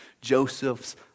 Joseph's